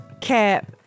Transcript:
Cap